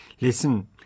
Listen